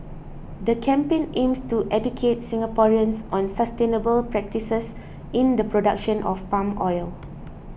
the campaign aims to educate Singaporeans on sustainable practices in the production of palm oil